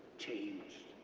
changed,